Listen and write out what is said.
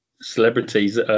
celebrities